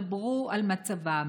דברו על מצבם.